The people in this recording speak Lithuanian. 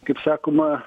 kaip sakoma